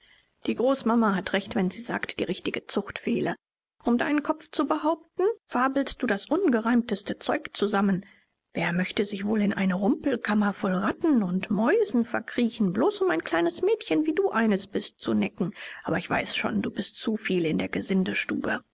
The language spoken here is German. die großmama hat recht wenn sie sagt die richtige zucht fehle um deinen kopf zu behaupten fabelst du das ungereimteste zeug zusammen wer möchte sich wohl in eine rumpelkammer voll ratten und mäusen verkriechen bloß um ein kleines mädchen wie du eines bist zu necken aber ich weiß schon du bist zu viel in der